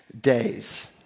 days